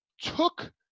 took